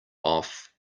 off